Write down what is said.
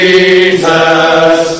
Jesus